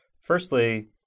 firstly